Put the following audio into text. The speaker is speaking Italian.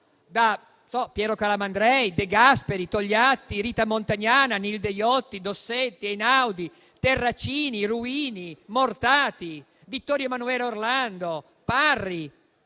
da Piero Calamandrei, De Gasperi, Togliatti, Rita Montagnana, Nilde Iotti, Dossetti, Einaudi, Terracini, Ruini, Mortati, Vittorio Emanuele Orlando, Parri